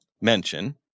mention